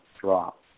drop